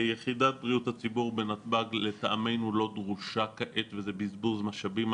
יחידת בריאות הציבור בנתב"ג לטעמנו לא דרושה כעת וזה בזבוז משאבים,